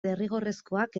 derrigorrezkoak